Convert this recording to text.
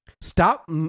Stop